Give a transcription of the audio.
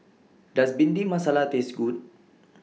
Does Bhindi Masala Taste Good